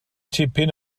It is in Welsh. tipyn